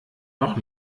noch